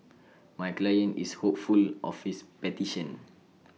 my client is hopeful of his petition